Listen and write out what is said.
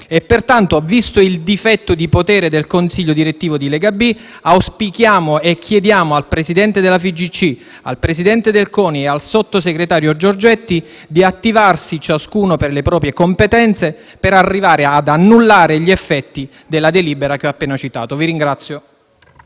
Pertanto, visto il difetto di potere del consiglio direttivo della Lega serie B auspichiamo e chiediamo al presidente della FIGC, al presidente del CONI e al sottosegretario Giorgetti di attivarsi, ciascuno per le proprie competenze, per arrivare ad annullare gli effetti della delibera che ho appena citato. *(Applausi